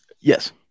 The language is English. Yes